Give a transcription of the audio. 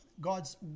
God's